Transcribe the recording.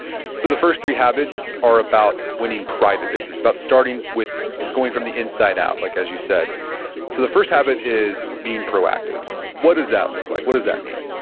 so the first three habits are about winning private victories. it's about starting with, it's going from the inside-out, like as you said. so the first habit is, being proactive. what does that look like? what does that mean?